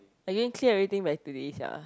are you going to clear everything by today sia